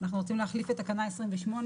ואנחנו רוצים להחליף את תקנה 28,